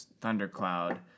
thundercloud